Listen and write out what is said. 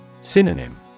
Synonym